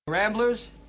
Ramblers